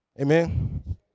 Amen